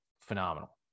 phenomenal